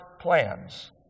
plans